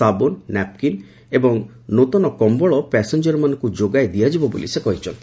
ସାବୁନ୍ ନାପକିନ ଏବଂ ନୂଆ କମ୍ଭଳ ପାସେଞ୍ଜରମାନଙ୍କୁ ଯୋଗାଇ ଦିଆଯିବ ବୋଲି ସେ କହିଛନ୍ତି